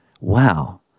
wow